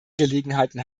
gelegenheiten